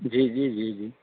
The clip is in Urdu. جی جی جی جی